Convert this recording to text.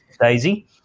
Daisy